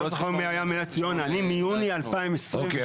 אני מיוני 2022. אוקיי,